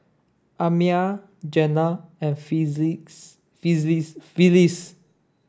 Amiah Jenna and Phyliss